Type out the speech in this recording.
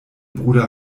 bruder